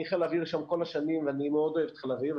אני בחיל האוויר כל השנים ואני מאוד אוהב את חיל האוויר,